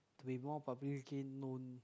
to be more publicly known